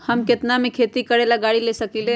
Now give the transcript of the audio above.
हम केतना में खेती करेला गाड़ी ले सकींले?